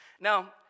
Now